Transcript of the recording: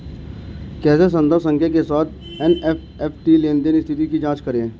कैसे संदर्भ संख्या के साथ एन.ई.एफ.टी लेनदेन स्थिति की जांच करें?